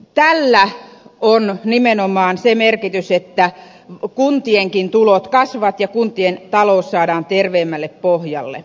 tällä on nimenomaan se merkitys että kuntienkin tulot kasvavat ja kuntien talous saadaan terveemmälle pohjalle